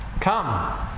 Come